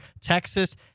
Texas